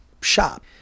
shop